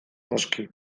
noski